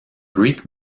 greek